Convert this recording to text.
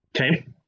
Okay